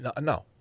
No